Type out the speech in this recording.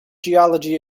geology